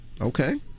Okay